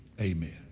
Amen